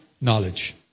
knowledge